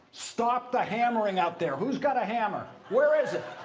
stop the hammering out there. who's got a hammer? where is it?